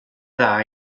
dda